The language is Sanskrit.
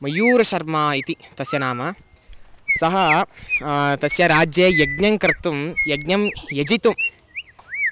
मयूरशर्मा इति तस्य नाम सः तस्य राज्ये यज्ञङ्कर्तुं यज्ञं यजितुं